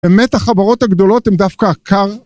אמת החברות הגדולות הן דווקא הכר